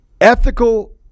ethical